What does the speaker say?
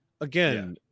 Again